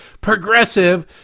progressive